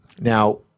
Now